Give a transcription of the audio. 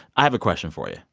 i have a question for you